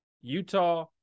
Utah